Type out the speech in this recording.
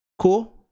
cool